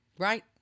Right